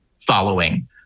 following